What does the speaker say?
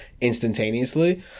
instantaneously